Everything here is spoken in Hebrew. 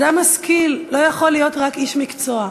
אדם משכיל לא יכול להיות רק איש מקצוע.